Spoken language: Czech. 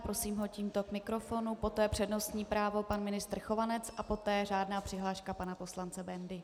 Prosím ho tímto k mikrofonu, poté přednostní právo pan ministr Chovanec a poté řádná přihláška pana poslance Bendy.